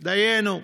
דיינו,